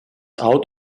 out